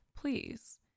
Please